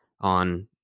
on